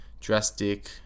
drastic